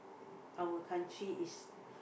our country is